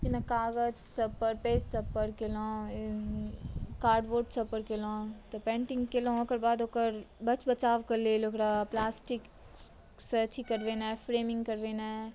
जेना कागज़सभ पर पेजसभ पर केलहुँ कार्डबोर्डसभ पर केलहुँ तऽ पेन्टिंग केलहुँ ओकर बाद ओकर बच बचावके लेल ओकरा प्लास्टिकसँ एथी करवेनाइ मतलब फ्रेमिंग करवेनाइ